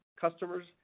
customers